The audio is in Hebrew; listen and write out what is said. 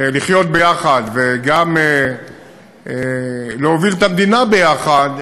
לחיות ביחד וגם להוביל את המדינה ביחד,